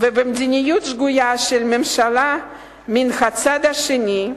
ומדיניות שגויה של הממשלה מן הצד השני,